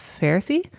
pharisee